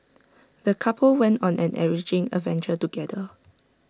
the couple went on an enriching adventure together